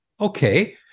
okay